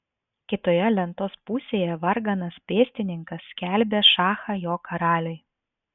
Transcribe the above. kitoje lentos pusėje varganas pėstininkas skelbė šachą jo karaliui